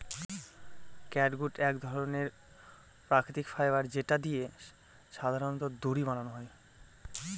catgut এক ধরনের প্রাকৃতিক ফাইবার যেটা দিয়ে সাধারনত দড়ি বানানো হয়